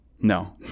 no